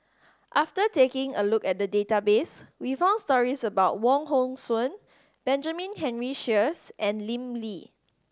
after taking a look at the database we found stories about Wong Hong Suen Benjamin Henry Sheares and Lim Lee